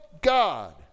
God